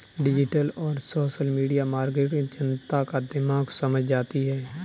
digital और social media marketing जनता का दिमाग समझ जाती है